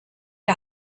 der